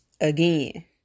Again